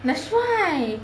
that's why